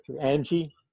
Angie